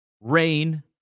Rain